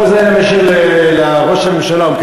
עכשיו לגופו של עניין, אדוני היושב-ראש.